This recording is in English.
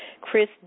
Chris